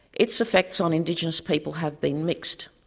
its effects on indigenous people have been mixed.